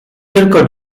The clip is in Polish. tylko